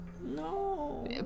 No